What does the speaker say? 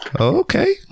Okay